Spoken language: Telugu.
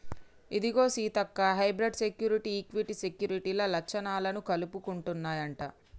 ఇదిగో సీతక్క హైబ్రిడ్ సెక్యురిటీ, ఈక్విటీ సెక్యూరిటీల లచ్చణాలను కలుపుకుంటన్నాయంట